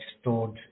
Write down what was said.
stored